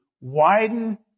widen